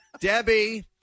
Debbie